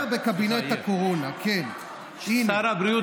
ששר הבריאות